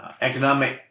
economic